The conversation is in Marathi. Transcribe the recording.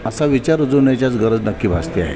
असा विचार रुजवण्याची आज गरज नक्की भासते आहे